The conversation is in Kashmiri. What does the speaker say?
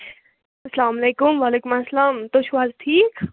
اَسلامُ علیکُم وعلیکُم اسلام تُہۍ چھُو حظ ٹھیٖک